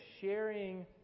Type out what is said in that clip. sharing